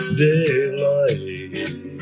daylight